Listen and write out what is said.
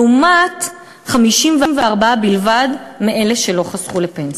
לעומת 54% בלבד מאלה שלא חסכו לפנסיה.